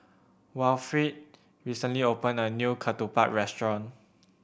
Wilfrid recently opened a new ketupat restaurant